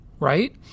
right